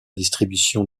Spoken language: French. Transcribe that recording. distribution